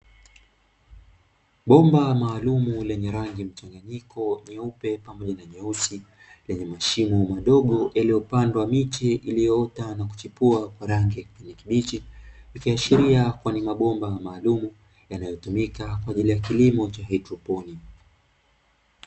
bomba maalum lenye rangi mchanganyiko nyeupe pamoja na nyeusi lenye mashimo madogo yaliyopandwa miche iliyoota na kuchipua kwa rangi ya kijani kibichi ikiashiria kuwani mabomba maalumu yanayotumika kwa kilimo cha haidroponi